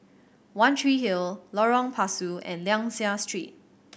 One Tree Hill Lorong Pasu and Liang Seah Street